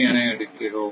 என எடுக்கிறோம்